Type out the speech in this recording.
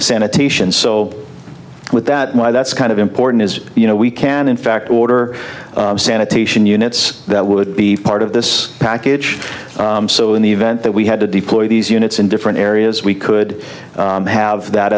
sanitation so with that my that's kind of important is you know we can in fact order sanitation units that would be part of this package so in the event that we had to deploy these units in different areas we could have that